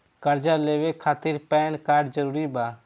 कर्जा लेवे खातिर पैन कार्ड जरूरी बा?